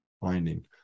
finding